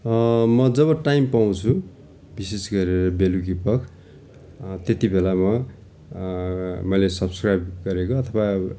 म जब टाइम पाउँछु विशेष गरेर बेलुकी पख त्यति बेला म मैले सब्सक्राइब गरेको अथवा